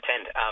attend